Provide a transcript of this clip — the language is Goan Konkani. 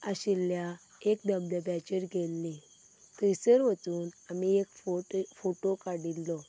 आशिल्ल्या एक धबधब्याचेर गेल्ली थंयसर वचून आमी एक फोट फोटो काडिल्लो